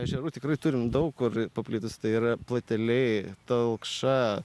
ežerų tikrai turim daug kur paplitus ir plateliai talkša